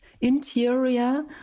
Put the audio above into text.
Interior